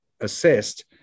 assessed